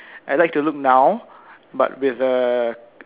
I like to look now but with the